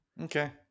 Okay